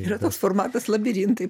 yra toks formatas labirintai